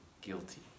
guilty